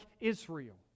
Israel